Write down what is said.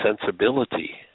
sensibility